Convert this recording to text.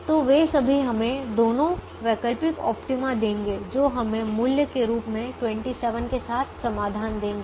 तो वे सभी हमें दोनों वैकल्पिक ऑप्टिमा देंगे जो हमें मूल्य के रूप में 27 के साथ समाधान देंगे